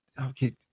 Okay